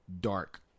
dark